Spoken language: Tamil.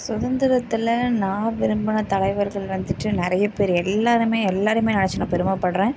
சுதந்திரத்தில் நான் விரும்பின தலைவர்கள் வந்துட்டு நிறய பேர் எல்லோருமே எல்லாரைமே நெனைச்சி நான் பெருமைப்படுறேன்